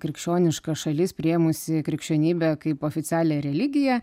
krikščioniška šalis priėmusi krikščionybę kaip oficialią religiją